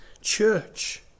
church